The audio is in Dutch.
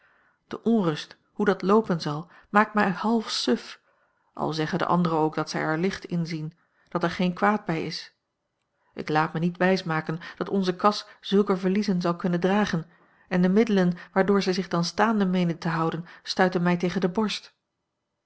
de onrust hoe dat loopen zal maakt mij half suf al zeggen de anderen ook dat zij er licht in zien dat er geen kwaad bij is ik laat me niet wijsmaken dat onze kas zulke verliezen zal kunnen dragen en de middelen waardoor zij zich dan staande meenen te houden stuiten mij tegen de borst